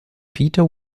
peter